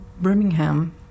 Birmingham